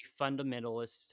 fundamentalist